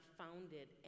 founded